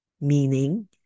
meaning